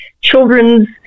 children's